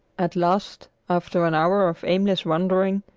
at last, after an hour of aimless wandering,